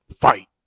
fight